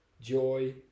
joy